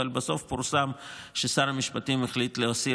אבל בסוף פורסם ששר המשפטים החליט להסיר